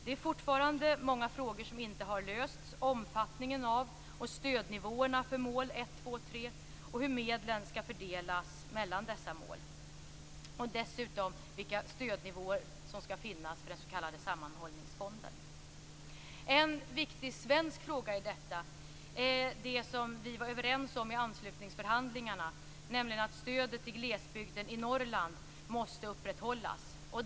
Det är fortfarande många frågor som inte har lösts: omfattningen av och stödnivåerna för mål 1, 2 och 3, hur medlen skall fördelas mellan dessa mål samt dessutom vilka stödnivåer som skall finnas för den s.k. sammanhållningsfonden. En viktig svensk fråga i detta är det som vi var överens om i anslutningsförhandlingarna, nämligen att stödet till glesbygden i Norrland måste upprätthållas.